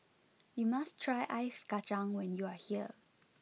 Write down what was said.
you must try Ice Kachang when you are here